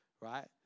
right